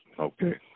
Okay